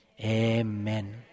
Amen